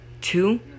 Two